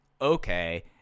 Okay